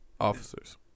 Officers